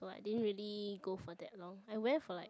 but didn't really go for that long I wear for like